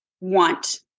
want